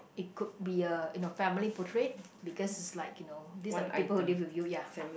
it could be a you know family portrait because it's like you know this are the people who live with you ya